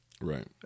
Right